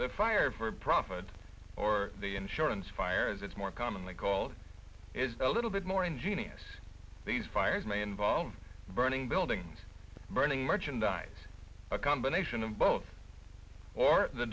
the fire for profit or the insurance fire is it's more commonly called is a little bit more ingenious these fires may involve burning buildings burning merchandise a combination of or the